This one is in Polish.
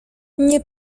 nie